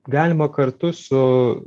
galima kartu su